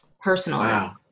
Personally